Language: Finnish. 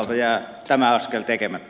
jää tämä askel tekemättä